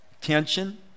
tension